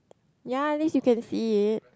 ya at least you can see it